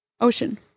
ocean